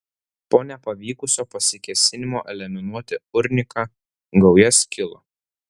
po nepavykusio pasikėsinimo eliminuoti urniką gauja skilo